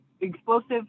explosive